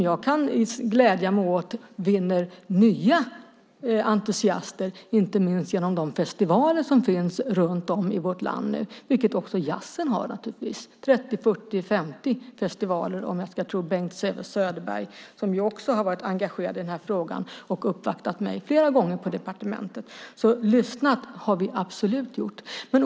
Jag kan glädja mig åt att den vinner nya entusiaster, inte minst genom de festivaler som finns runt om i vårt land nu. Det har jazzen naturligtvis också - 30, 40 eller 50 festivaler. Bengt Säve-Söderbergh har varit engagerad i frågan och har uppvaktat mig flera gånger på departementet. Lyssnat har vi absolut gjort.